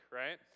right